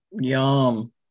Yum